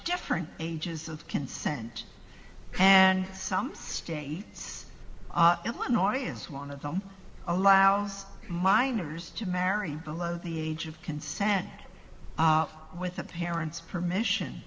different ages of consent and some state illinois is one of them allows minors to marry below the age of consent with a parent's permission